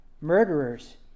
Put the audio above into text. Murderers